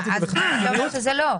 אתה אומר שזה לא.